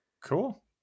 Cool